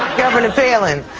governor palin,